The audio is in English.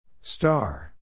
Star